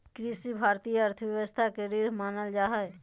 कृषि भारतीय अर्थव्यवस्था के रीढ़ मानल जा हइ